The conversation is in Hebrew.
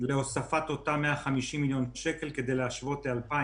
להוספת אותם 150 מיליון שקל כדי להשוות ל-2019.